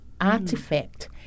artifact